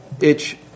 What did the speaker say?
itch